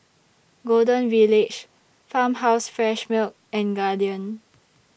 Golden Village Farmhouse Fresh Milk and Guardian